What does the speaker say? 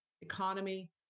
economy